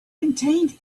contained